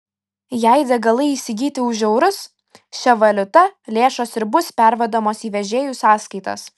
jei degalai įsigyti už eurus šia valiuta lėšos ir bus pervedamos į vežėjų sąskaitas